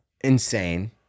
Insane